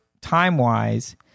time-wise